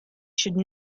should